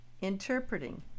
Interpreting